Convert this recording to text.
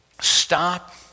stop